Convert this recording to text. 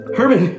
Herman